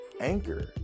anchor